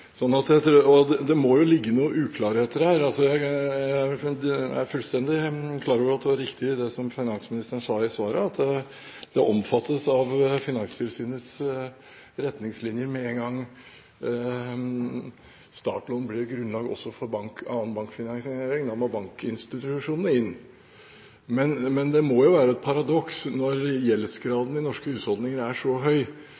må jo ligge noen uklarheter her. Jeg er fullstendig klar over at det som finansministeren sa i svaret, er riktig – at det omfattes av Finanstilsynets retningslinjer med en gang startlån blir grunnlaget også for annen bankfinansiering. Da må bankinstitusjonene inn. Men det må være et paradoks når gjeldsgraden i norske husholdninger er så høy